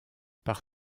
par